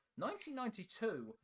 1992